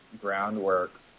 groundwork